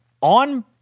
on